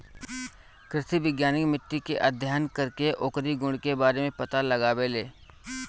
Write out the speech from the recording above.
कृषि वैज्ञानिक मिट्टी के अध्ययन करके ओकरी गुण के बारे में पता लगावेलें